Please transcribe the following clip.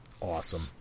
awesome